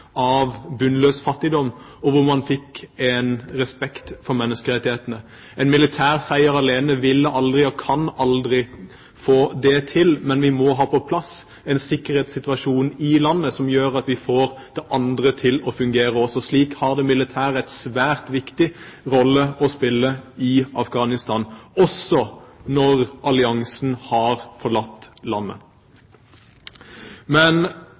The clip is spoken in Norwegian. av bunnløs fattigdom, og hvor man fikk respekt for menneskerettighetene. En militær seier alene vil aldri – og kan aldri – få det til, men vi må ha på plass en sikkerhetssituasjon i landet som gjør at vi får også det andre til å fungere. Slik har det militære en svært viktig rolle å spille i Afghanistan, også når alliansen har forlatt landet. Men